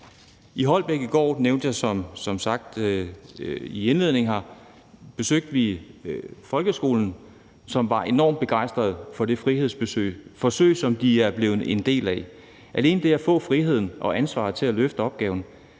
at vi i går besøgte en folkeskole i Holbæk, som var enormt begejstret for det frihedsforsøg, de er blevet en del af. Alene det at få frihed og ansvar til at løfte opgaven